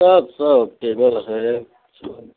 सब सब टेबल हैँ सब